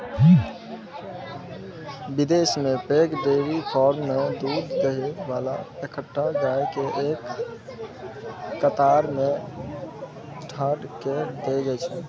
विदेश मे पैघ डेयरी फार्म मे दूध दुहै बला सबटा गाय कें एक कतार मे ठाढ़ कैर दै छै